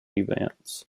events